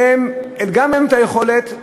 גם אין יכולת,